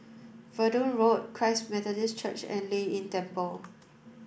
Verdun Road Christ Methodist Church and Lei Yin Temple